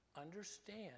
understand